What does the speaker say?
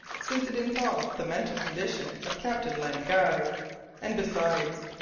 since it involved the mental condition of captain len guy and besides,